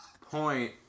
point